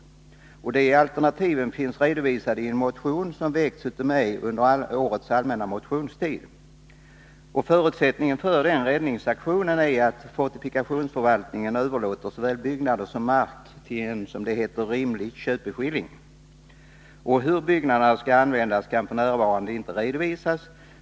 De alternativen finns redovisade i en motion som väckts av mig under årets allmänna motionstid. Förutsättningen för räddningsaktionen är att fortifikationsförvaltningen överlåter såväl byggnader som mark för en, som det heter, rimlig köpeskilling. Hur byggnaderna skall användas kan f. n. inte redovisas.